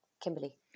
Kimberly